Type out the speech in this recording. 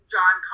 John